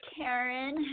Karen